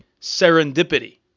serendipity